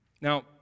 Now